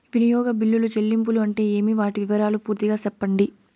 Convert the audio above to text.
వినియోగ బిల్లుల చెల్లింపులు అంటే ఏమి? వాటి వివరాలు పూర్తిగా సెప్పండి?